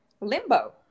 limbo